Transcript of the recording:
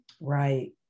right